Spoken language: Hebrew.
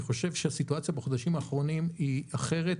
אני חושב שהסיטואציה בחודשים האחרונים היא אחרת.